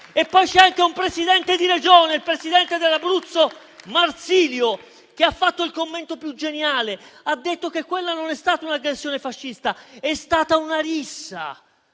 E poi c'è anche un presidente di Regione, il presidente dell'Abruzzo Marsilio, che ha fatto il commento più geniale, dicendo che quella non è stata un'aggressione fascista, ma una rissa.